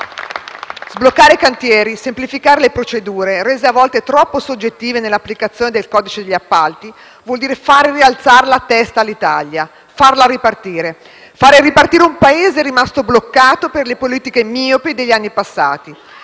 Sbloccare i cantieri, semplificare le procedure - rese a volte troppo soggettive nell'applicazione del codice appalti - vuol dire fare rialzare la testa all'Italia, farla ripartire. Far ripartire un Paese rimasto bloccato per le politiche miopi degli anni passati.